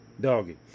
doggy